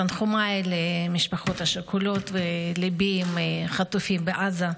תנחומיי למשפחות השכולות וליבי עם החטופים בעזה.